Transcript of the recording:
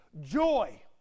Joy